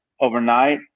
overnight